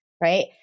Right